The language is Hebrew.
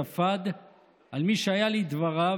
ספד למי שהיה לדבריו,